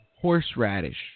horseradish